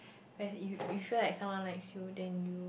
where if you if you feel like someone likes you then you